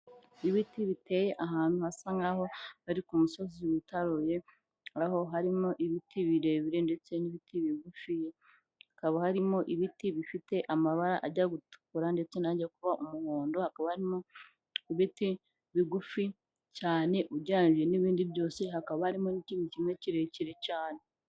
Ibiti biteye ahantu hasa nk'aho ari ku musozi witaruye, aho harimo ibiti birebire ndetse n'ibiti bigufiya, hakaba harimo ibiti bifite amabara ajya gutukura ndetse n'ajya kuba umuhondo, hakaba harimo ibiti bigufi cyane ugereranyije n'ibindi byose, hakaba harimo n'ikindi kimwe kirekire cyane.